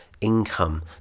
income